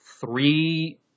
Three